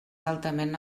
altament